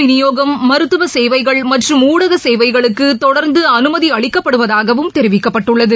விநியோகம் மருத்துவ சேவைகள் மற்றும் ஊடக சேவைகளுக்கு பால் தொடர்ந்து அனுமதி அளிக்கப்படுவதாகவும் தெரிவிக்கப்பட்டுள்ளது